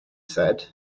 said